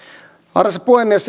arvoisa puhemies